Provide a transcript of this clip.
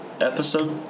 episode